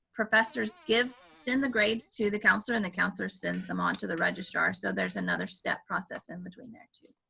professor gives, sends the grades to the counselor, and the counselor sends them on to the registrar, so there's another step process in between there, too.